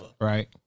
Right